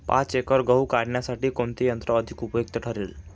पाच एकर गहू काढणीसाठी कोणते यंत्र अधिक उपयुक्त ठरेल?